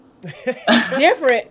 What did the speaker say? Different